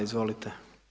Izvolite.